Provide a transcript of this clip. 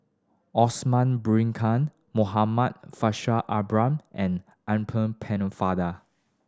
Osman Muhammad Faishal Ibrahim and Pennefather